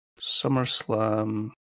SummerSlam